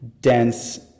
dense